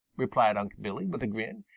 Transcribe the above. replied unc' billy, with a grin.